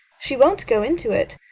she won't go into it.